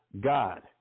God